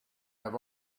have